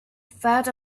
felt